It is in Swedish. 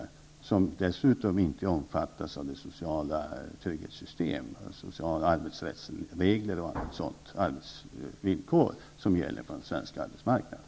Dessa omfattas dessutom inte av de sociala trygghetssystem, sociala arbetsrättsregler och andra arbetsvillkor som gäller på den svenska arbetsmarknaden.